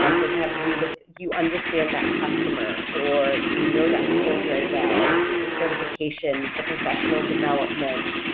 um does it have to do with you understand that customer, or you know that field very well, is it's a certification, the professional development,